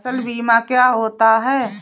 फसल बीमा क्या होता है?